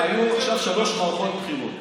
לכן, היו עכשיו שלוש מערכות בחירות.